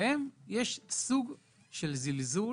ולכן, יש סוג של זלזול